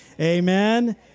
Amen